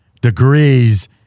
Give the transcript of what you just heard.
degrees